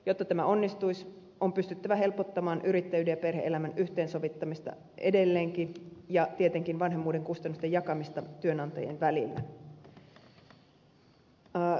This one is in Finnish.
jotta tämä onnistuisi on pystyttävä helpottamaan yrittäjyyden ja perhe elämän yhteensovittamista edelleenkin ja tietenkin vanhemmuuden kustannusten jakamista työnantajien välillä